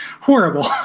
horrible